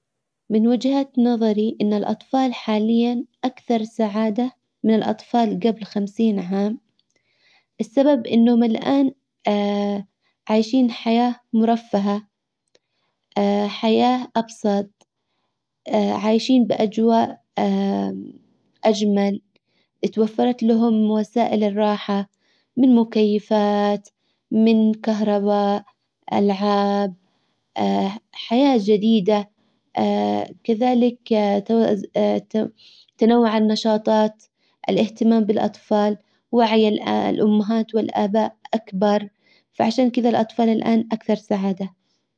من وجهة نظري ان الاطفال حاليا اكثر سعادة من الاطفال قبل خمسين عام. السبب انهم الان عايشين حياة مرفهة. حياة ابسط عايشين باجواء اجمل توفرت لهم وسائل الراحة من مكيفات من كهرباء العاب حياة جديدة كذلك تنوع النشاطات الاهتمام بالاطفال وعي الامهات والاباء اكبر فعشان كدا الاطفال الان اكثر سعادة.